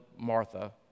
Martha